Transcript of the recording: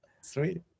Sweet